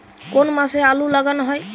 কোন মাসে আলু লাগানো হয়?